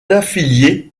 affiliée